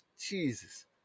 Jesus